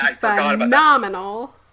phenomenal